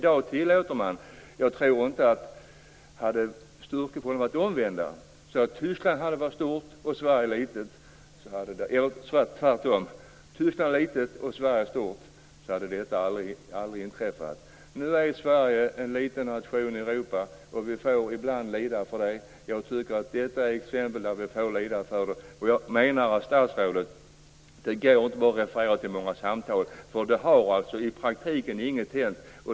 Jag tror att om styrkeförhållandena hade varit de omvända, om Tyskland hade varit litet och Sverige stort, hade detta aldrig inträffat. Nu är Sverige en liten nation i Europa, och ibland får vi lida för det. Jag tycker att detta är ett sådant exempel. Det går inte att som statsrådet bara referera till hur många samtal det har varit, för i praktiken har ingenting hänt.